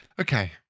Okay